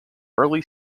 early